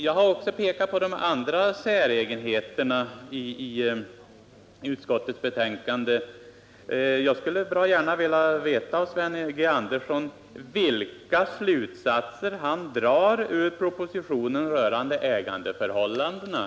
Jag har också pekat på de andra säregenheterna i utskottets skrivning. Jag skulle vilja veta vilka slutsatser Sven G. Andersson drar av propositionens förslag rörande ägandeförhållandena.